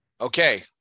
Okay